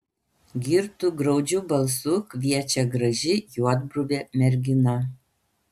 girtu graudžiu balsu kviečia graži juodbruvė mergina